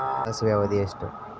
ಸಾಸಿವೆಯ ಅವಧಿ ಎಷ್ಟು?